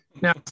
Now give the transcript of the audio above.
now